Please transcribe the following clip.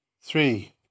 Three